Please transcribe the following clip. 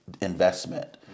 investment